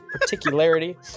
particularity